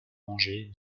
manger